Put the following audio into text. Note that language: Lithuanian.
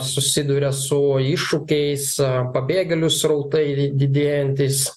a susiduria su iššūkiais pabėgėlių srautai di didėjantys